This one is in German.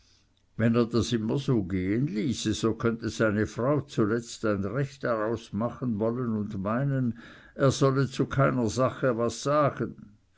wenn er das immer so gehen ließe so könnte seine frau zuletzt ein recht daraus machen wollen und meinen er solle zu keiner sache was sagen